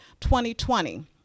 2020